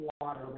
water